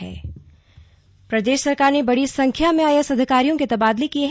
slug तबादले प्रदेश सरकार ने बड़ी संख्या में आईएएस अधिकारियों के तबादले किये हैं